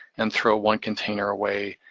and throw one container away,